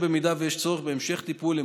במידה שיש צורך בהמשך טיפול,